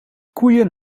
koeien